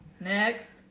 Next